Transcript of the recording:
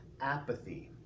apathy